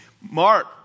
Mark